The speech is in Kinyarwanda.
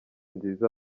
nziza